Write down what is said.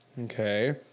okay